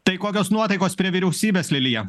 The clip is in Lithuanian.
tai kokios nuotaikos prie vyriausybės lilija